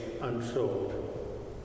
unsold